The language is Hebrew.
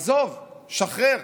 עזוב, שחרר,